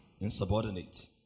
Insubordinate